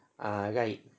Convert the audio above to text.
ah guide